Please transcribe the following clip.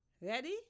Ready